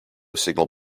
signal